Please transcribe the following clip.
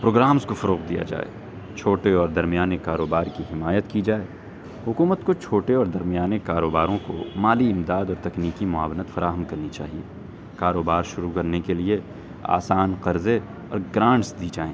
programmes کو فروغ دیا جائے چھوٹے اور درمیانی کاروبار کی حمایت کی جائے حکومت کو چھوٹے اور درمیانی کاروباروں کو مالی امداد اور تکنیکی معاونت فراہم کرنی چاہیے کاروبار شروع کرنے کے لیے آسان قرضے اور گرانٹس دی جائیں